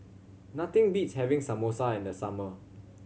nothing beats having Samosa in the summer